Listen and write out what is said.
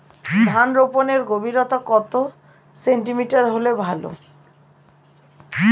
ধান রোপনের গভীরতা কত সেমি হলে ভালো?